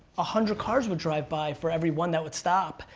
ah hundred cars would drive by for every one that would stop.